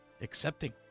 Accepting